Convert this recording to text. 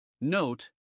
Note